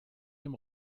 dem